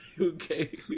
okay